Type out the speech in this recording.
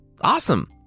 Awesome